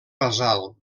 basal